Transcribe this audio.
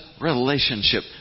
relationship